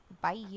Bye